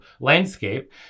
landscape